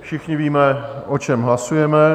Všichni víme, o čem hlasujeme.